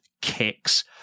kicks